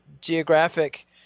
geographic